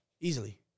Easily